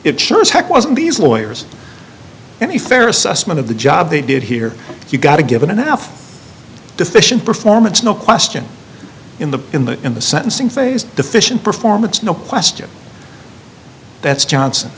it sure as heck wasn't these lawyers and a fair assessment of the job they did here you got a given enough deficient performance no question in the in the in the sentencing phase deficient performance no question that's johnson